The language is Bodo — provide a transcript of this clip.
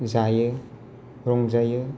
जायो रंजायो